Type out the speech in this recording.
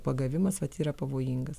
pagavimas vat yra pavojingas